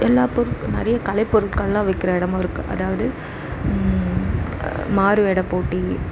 எல்லா பொருள் நிறையா கலை பொருட்கள்லாம் விற்கிற இடமும் இருக்குது அதாவது மாறுவேட போட்டி